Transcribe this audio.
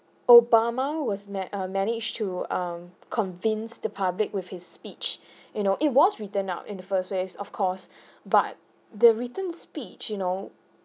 obama was met err managed to um convinced the public with his speech you know it was written out in the first place of course but the written speech you know